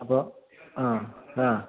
അപ്പോൾ ആ ആ